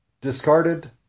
discarded